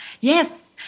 Yes